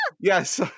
Yes